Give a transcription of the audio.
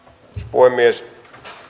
puhemies